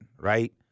right